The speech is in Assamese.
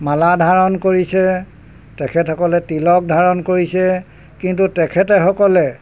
মালা ধাৰণ কৰিছে তেখেতসকলে তিলক ধাৰণ কৰিছে কিন্তু তেখেতসকলে